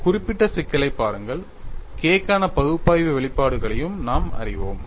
இந்த குறிப்பிட்ட சிக்கலைப் பாருங்கள் K க்கான பகுப்பாய்வு வெளிப்பாடுகளையும் நாம் அறிவோம்